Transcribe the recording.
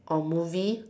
or movie